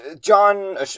john